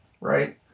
right